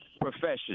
profession